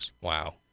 Wow